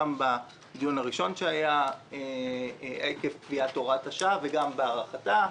גם בדיון הראשון שהיה עקב קביעת הוראת השעה וגם בדיון על הארכתה.